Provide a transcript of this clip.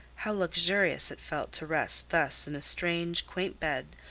how luxurious it felt to rest thus in a strange, quaint bed,